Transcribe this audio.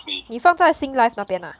你放在 sing life 那边 ah